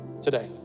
today